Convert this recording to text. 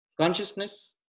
Consciousness